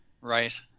Right